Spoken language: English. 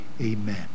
amen